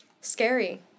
Scary